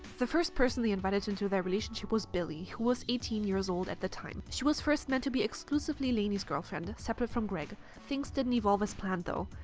the first person they invited into their relationship was billie, who was eighteen years old at the time. she was first meant to be exclusively laineys girlfriend, separate from greg. things didn't evolve as planned though.